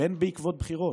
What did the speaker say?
בין בעקבות בחירות,